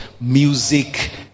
music